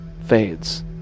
fades